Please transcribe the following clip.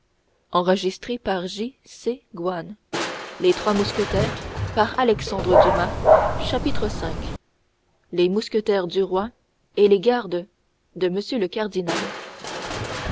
le mouchoir d'aramis chapitre v les mousquetaires du roi et les gardes de m le cardinal